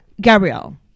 Gabrielle